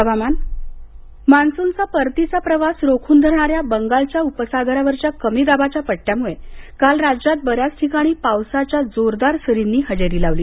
हवामान मान्सूनचा परतीचा प्रवास रोखून धरणाऱ्या बंगालच्या उपसागरावरच्या कमी दाबाच्या पट्ट्यामुळे काल राज्यात बऱ्याच ठिकाणी पावसाच्या जोरदार सरींनी हजेरी लावली